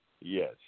Yes